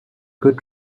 good